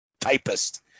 typist